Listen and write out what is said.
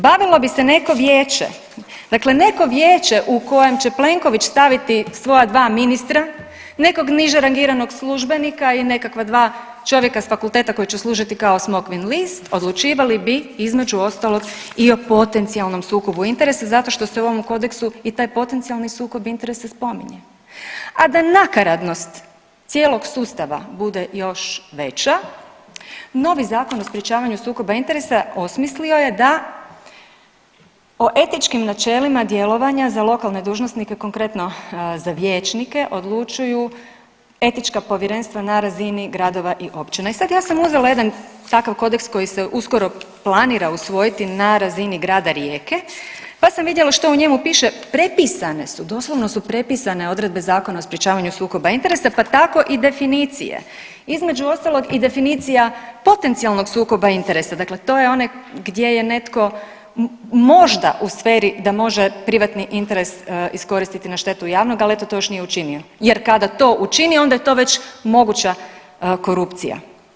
Bavilo bi se neko vijeće, dakle neko vijeće u kojem će Plenković staviti svoja dva ministra, nekog niže rangiranog službenika i nekakva dva čovjeka s fakulteta koji će služiti kao smokvin list odlučivali bi između ostalog i o potencijalnom sukobu interesa zato što se u ovom kodeksu i taj potencijalni sukob interesa spominje, a da nakaradnost cijelog sustava bude još veća novi Zakon o sprječavanju sukoba interesa osmislio je da o etičkim načelima djelovanja za lokalne dužnosnike, konkretno za vijećnike, odlučuju etička povjerenstva na razini gradova i općina i sad ja sam uzela jedan takav kodeks koji se uskoro planira usvojiti na razini grada Rijeke, pa sam vidjela što u njemu piše, prepisane su, doslovno su prepisane odredbe Zakona o sprječavanju sukoba interesa, pa tako i definicije, između ostalog i definicija potencijalnog sukoba interesa, dakle to je ono gdje je netko možda u sferi da može privatni interes iskoristiti na štetu javnog, ali eto to još nije učinio jer kada to učini onda je to već moguća korupcija.